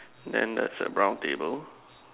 then there's a brown table